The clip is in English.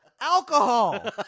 alcohol